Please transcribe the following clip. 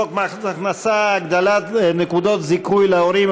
חוק מס הכנסה (הגדלת נקודות זיכוי להורים,